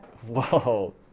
Whoa